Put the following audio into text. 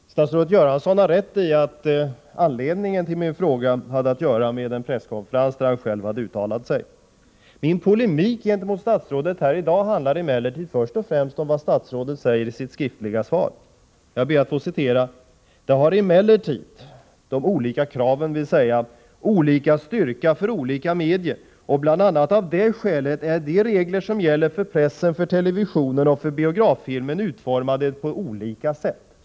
Herr talman! Statsrådet Göransson har rätt i att anledningen till min fråga hade att göra med den presskonferens där han själv hade uttalat sig. Min polemik gentemot statsrådet här i dag handlade emellertid först och främst om vad statsrådet säger i sitt skriftliga svar. Jag ber att få citera: De olika kraven ”har emellertid olika styrka för olika medier, och bl.a. av det skälet är de regler som gäller för pressen, för televisionen och för biograffilmen utformade på olika sätt”.